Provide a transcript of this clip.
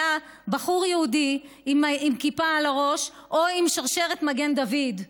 בחור יהודי עם כיפה על הראש או עם שרשרת מגן דוד.